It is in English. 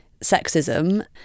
sexism